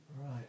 Right